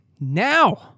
now